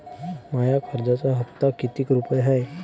माया कर्जाचा हप्ता कितीक रुपये हाय?